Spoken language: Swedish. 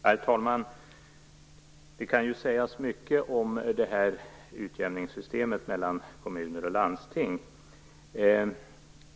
Herr talman! Det kan sägas mycket om utjämningssystemet när det gäller kommuner och landsting.